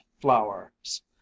flowers